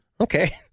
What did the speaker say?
Okay